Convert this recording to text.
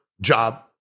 job